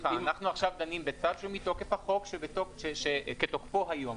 עכשיו דנים בצו שהוא מתוקף החוק כתוקפו היום,